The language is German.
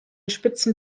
spitzen